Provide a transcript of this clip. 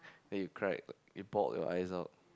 then you cried you pop your eyes out